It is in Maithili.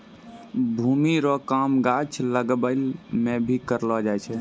भूमि रो काम गाछ लागाबै मे करलो जाय छै